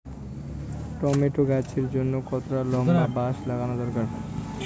Tomato গাছের জন্যে কতটা লম্বা বাস লাগানো দরকার?